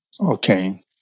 okay